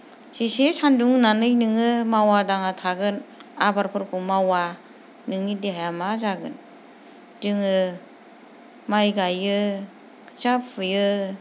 जेसे सानदुं होननानै नोङो मावा दाङा थागोन आबादफोरखौ मावा नोंनि देहाया मा जागोन जोङो माइ गायो खोथिया फुयो